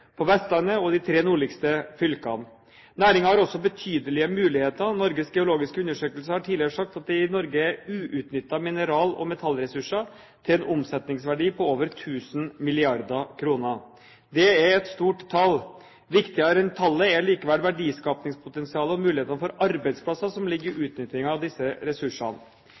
på Vestlandet og i de tre nordligste fylkene. Næringen har også betydelige muligheter: Norges geologiske undersøkelse har tidligere sagt at det i Norge er uutnyttede mineral- og metallressurser til en omsetningsverdi på over 1 000 mrd. kr. Det er et stort tall. Viktigere enn tallet er likevel verdiskapingspotensialet og mulighetene for arbeidsplasser som ligger i utnyttingen av disse ressursene.